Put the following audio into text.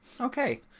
Okay